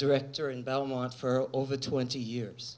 director in belmont for over twenty years